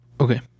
Okay